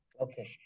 Okay